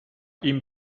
ihm